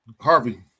Harvey